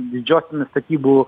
didžiosiomis statybų